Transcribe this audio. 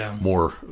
more